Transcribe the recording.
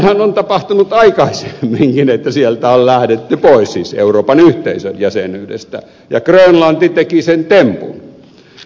näinhän on tapahtunut aikaisemminkin että sieltä on lähdetty pois siis euroopan yhteisön jäsenyydestä ja grönlanti teki sen tempun